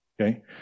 Okay